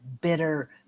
bitter